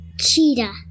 cheetah